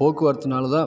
போக்குவரத்துனால்தான்